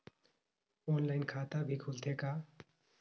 Online खाता भी खुलथे का?